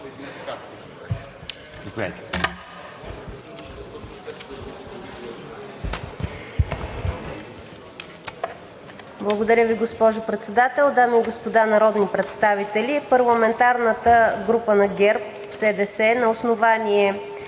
Благодаря Ви, госпожо Председател. Дами и господа народни представители! Парламентарната група на ГЕРБ-СДС на основание